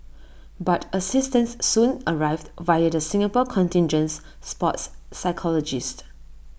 but assistance soon arrived via the Singapore contingent's sports psychologist